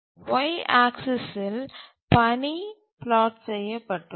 Y axis பணி plot செய்யப்பட்டுள்ளது